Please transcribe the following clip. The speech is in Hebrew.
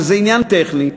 הרי זה עניין טכני,